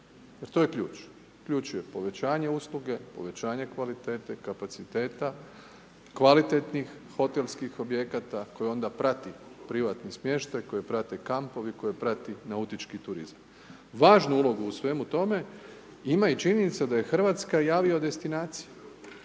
Jer to je ključ, ključ je povećanje usluge, povećanje kvalitete, kapaciteta, kvalitetnih hotelskih objekata koji onda prati privatni smještaj, koji prate kampovi, koje prati nautički turizam. Važnu ulogu u svemu tome ima i činjenica da je Hrvatska avio destinacija.